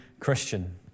Christian